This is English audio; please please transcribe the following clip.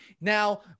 Now